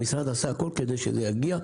שהמשרד עשה הכול כדי שזה יגיע.